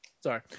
Sorry